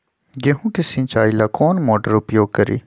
गेंहू के सिंचाई ला कौन मोटर उपयोग करी?